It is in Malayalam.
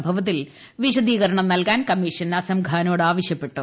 സംഭവത്തിൽ വിശദീകരണം നൽകാൻ കമ്മീഷൻ അസംഖാനോട് ആവശ്യപ്പെട്ടു